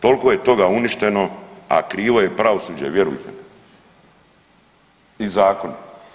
Toliko je toga uništeno, a krivo je pravosuđe, vjerujte mi i zakoni.